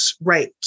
right